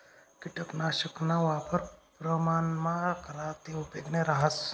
किटकनाशकना वापर प्रमाणमा करा ते उपेगनं रहास